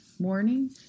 morning